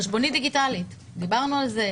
חשבונית דיגיטלית דיברנו על זה.